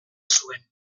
zuen